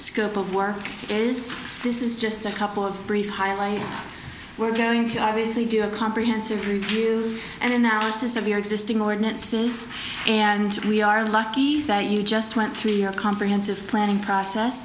scope of work is this is just a couple of brief highlights we're going to obviously do a comprehensive review and analysis of your existing ordinances and we are lucky that you just went through your comprehensive planning process